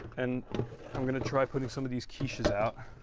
and i'm gonna try putting some of these quiches out.